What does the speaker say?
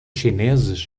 chineses